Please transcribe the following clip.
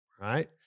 right